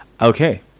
Okay